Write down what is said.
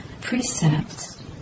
precepts